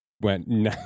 went